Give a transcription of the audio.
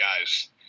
guys